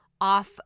off